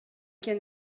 кийин